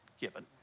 given